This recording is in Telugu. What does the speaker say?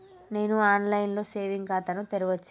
నేను ఆన్ లైన్ లో సేవింగ్ ఖాతా ను తెరవచ్చా?